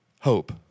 hope